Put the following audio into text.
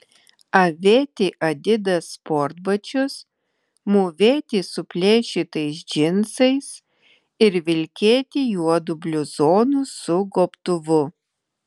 avėti adidas sportbačius mūvėti suplėšytais džinsais ir vilkėti juodu bluzonu su gobtuvu